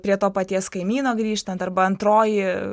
prie to paties kaimyno grįžtant arba antroji